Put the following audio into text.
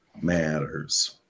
matters